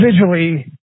individually